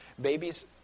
babies